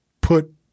put